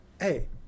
Hey